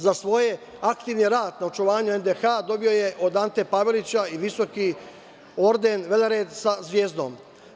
Za svoj aktivni rad na očuvanju NDH dobio je od Ante Pavelića i visoki orden Velered sa zvezdom.